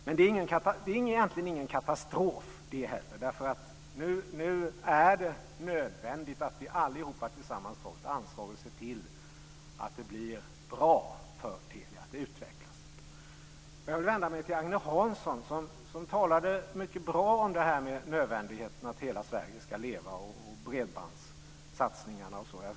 Men det är egentligen ingen katastrof det heller. Nu är det nödvändigt att vi alla tillsammans tar ett ansvar och ser till att det blir bra för Telia och att det utvecklas. Jag vill vända mig till Agne Hansson, som talade mycket bra om nödvändigheten av att hela Sverige ska leva, bredbandssatsningarna osv.